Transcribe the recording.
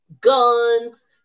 guns